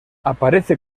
aparece